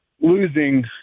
losing